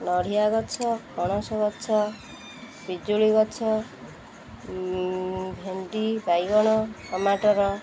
ନଡ଼ିଆ ଗଛ ପଣସଗଛ ପିଜୁଳି ଗଛ ଭେଣ୍ଡି ବାଇଗଣ ଟୋମାଟୋ